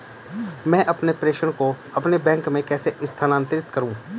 मैं अपने प्रेषण को अपने बैंक में कैसे स्थानांतरित करूँ?